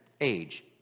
age